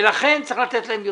לכן צריך לתת להם יותר.